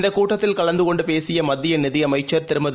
இந்தக் கூட்டத்தில் கலந்துகொண்டுபேசியமத்தியநிதியமைச்சர் திருமதி